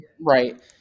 right